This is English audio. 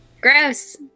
Gross